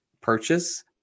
purchase